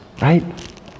right